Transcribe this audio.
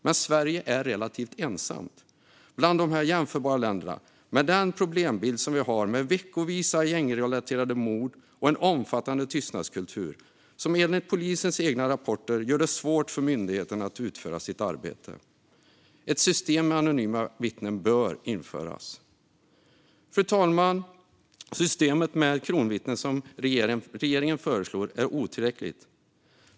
Men Sverige är relativt ensamt bland jämförbara länder med den problembild vi har med veckovisa gängrelaterade mord och en omfattande tystnadskultur som enligt polisens egna rapporter gör det svårt för myndigheten att utföra sitt arbete. Ett system med anonyma vittnen bör införas. Fru talman! Systemet med kronvittnen som regeringen föreslår är otillräckligt.